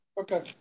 okay